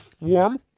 Warm